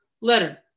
letter